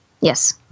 yes